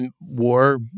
war